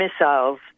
missiles